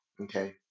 Okay